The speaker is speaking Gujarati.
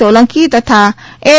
સોલંકી તથા એલ